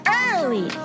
early